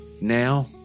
Now